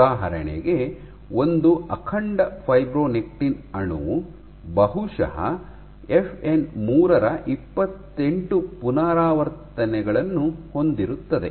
ಉದಾಹರಣೆಗೆ ಒಂದು ಅಖಂಡ ಫೈಬ್ರೊನೆಕ್ಟಿನ್ ಅಣುವು ಬಹುಶಃ ಎಫ್ಎನ್ 3 ರ ಇಪ್ಪತ್ತೆಂಟು ಪುನರಾವರ್ತನೆಗಳನ್ನು ಹೊಂದಿರುತ್ತದೆ